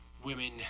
women